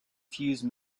fuse